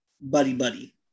buddy-buddy